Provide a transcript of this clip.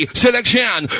selection